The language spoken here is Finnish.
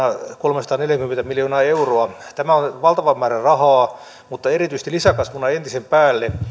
kolmesataaneljäkymmentä miljoonaa euroa tämä on valtava määrä rahaa mutta erityisesti lisäkasvuna entisen päälle